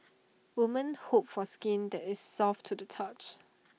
women hope for skin that is soft to the touch